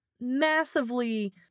massively